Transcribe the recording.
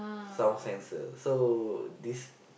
sound sensor so this